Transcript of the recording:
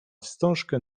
wstążkę